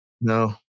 No